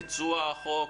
ביצוע החוק,